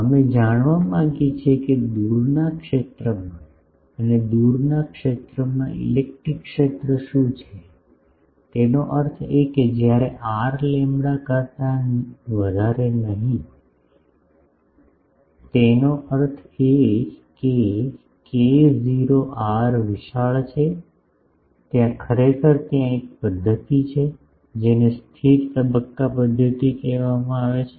અમે જાણવા માંગીએ છીએ કે દૂરના ક્ષેત્રમાં અને દૂરના ક્ષેત્રમાં ઇલેક્ટ્રિક ક્ષેત્ર શું છે તેનો અર્થ એ કે જ્યારે r લેમ્બડા કરતા નહીં વધારે છે તેનો અર્થ એ કે કે 0 આર વિશાળ છે ત્યાં ખરેખર ત્યાં એક પદ્ધતિ છે જેને સ્થિર તબક્કા પદ્ધતિ કહેવામાં આવે છે